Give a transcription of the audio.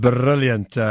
Brilliant